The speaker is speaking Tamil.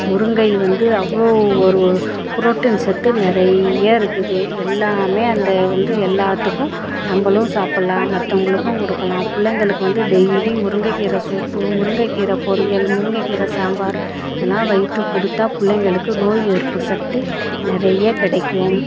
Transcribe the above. முருங்கை வந்து அவ்வளோ ஒரு புரோட்டீன் சத்து நிறைய இருக்குது எல்லாமே அந்த வந்து எல்லாத்துக்கும் நம்பளும் சாப்பிடலாம் மற்றவங்களுக்கு கொடுக்கலாம் பிள்ளைங்களுக்கு வந்து டெய்லி முருங்கை கீரை சூப்பு முருங்கை கீரை பொரியல் முருங்கை கீரை சாம்பார் அதெல்லாம் வைத்து கொடுத்தால் பிள்ளைங்களுக்கு நோய் எதிர்ப்பு சக்தி நிறைய கிடைக்கும்